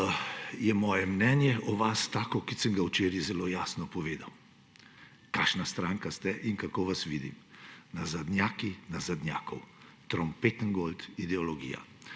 je moje mnenje o vas tako, kot sem ga včeraj zelo jasno povedal, kakšna stranka ste in kako vas vidim – nazadnjaki nazadnjakov, trumpetengold ideologija.